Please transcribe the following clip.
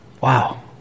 Wow